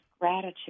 gratitude